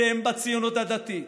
אתם, בציונות הדתית,